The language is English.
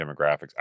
demographics